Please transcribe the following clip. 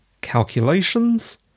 calculations